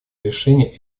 решение